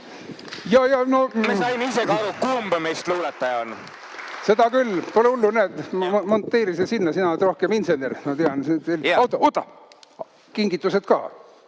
Me saime ise ka aru, kumb on meist luuletaja. Seda küll. Pole hullu, monteeri see sinna, sina oled rohkem insener. Oota! Kingitused ka.